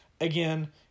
Again